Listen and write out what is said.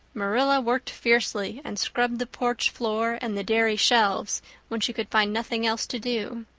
marilla worked fiercely and scrubbed the porch floor and the dairy shelves when she could find nothing else to do.